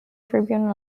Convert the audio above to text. tribune